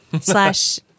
Slash